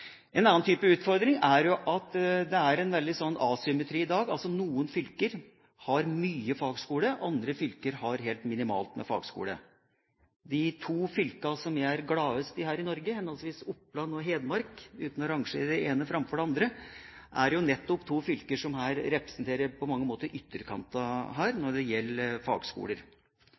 En annen type utfordring er jo at det er en veldig asymmetri i dag – altså: Noen fylker har mange fagskoler, og andre fylker har helt minimalt med fagskole. De to fylkene som jeg er gladest i her i Norge, henholdsvis Oppland og Hedmark – uten å rangere det ene fylket framfor det andre – er nettopp to fylker som på mange måter representerer ytterkantene når det gjelder fagskoler.